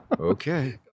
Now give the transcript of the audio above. Okay